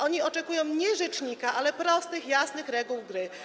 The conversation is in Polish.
Oni oczekują nie rzecznika, ale prostych, jasnych reguł gry.